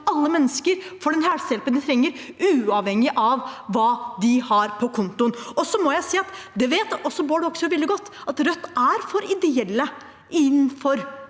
alle mennesker får den helsehjelpen de trenger, uavhengig av hva de har på konto. Og så må jeg si – og det vet Bård Hoksrud veldig godt – at Rødt er for ideelle innenfor